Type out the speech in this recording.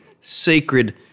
sacred